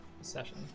session